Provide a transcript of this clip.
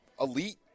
elite